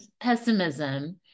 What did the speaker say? pessimism